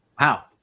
Wow